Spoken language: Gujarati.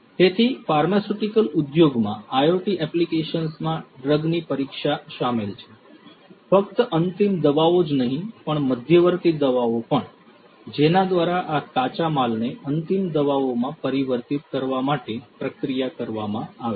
તેથી ફાર્માસ્યુટિકલ ઉદ્યોગમાં IoT એપ્લિકેશન્સમાં ડ્રગની પરીક્ષા શામેલ છે ફક્ત અંતિમ દવાઓ જ નહીં પણ મધ્યવર્તી દવાઓ પણ જેના દ્વારા આ કાચા માલને અંતિમ દવાઓમાં પરિવર્તિત કરવા માટે પ્રક્રિયા કરવામાં આવે છે